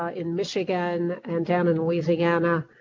ah in michigan and down in louisiana.